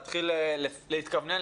להתחיל להתכוונן,